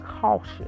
cautious